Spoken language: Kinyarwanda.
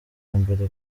mbere